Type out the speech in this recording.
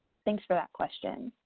thanks for that question.